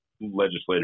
legislators